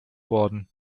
worden